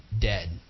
dead